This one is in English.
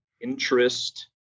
interest